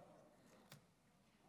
גברתי,